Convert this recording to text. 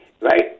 right